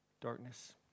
darkness